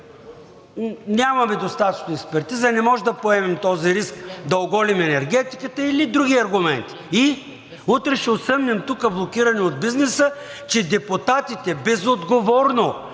Нямаме достатъчно експертиза, не можем да поемем този риск да оголим енергетиката или други аргументи. И утре ще осъмнем тук блокирани от бизнеса, че депутатите безотговорно